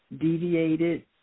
deviated